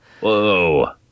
Whoa